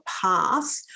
path